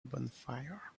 bonfire